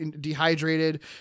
dehydrated